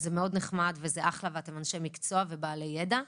זה מאוד נחמד ואתם אנשי מקצוע בעלי ידע,